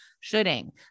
shooting